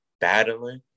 Battling